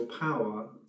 power